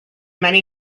many